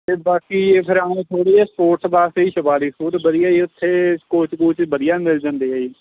ਅਤੇ ਬਾਕੀ ਇਹ ਫਿਰ ਆਮ ਥੋੜ੍ਹੇ ਜਿਹੇ ਸਪੋਰਟਸ ਵਾਸਤੇ ਜੀ ਸ਼ਿਵਾਲਿਕ ਸਕੂਲ ਵਧੀਆ ਹੈ ਜੀ ਉੱਥੇ ਕੋਚ ਕੁਚ ਵਧੀਆ ਮਿਲ ਜਾਂਦੇ ਹੈ ਜੀ